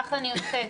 כך אני יוצאת